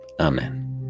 Amen